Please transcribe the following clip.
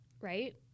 Right